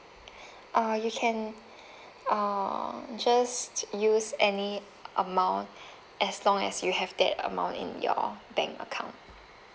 uh you can uh just use any amount as long as you have that amount in your bank account